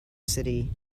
city